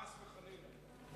חס וחלילה.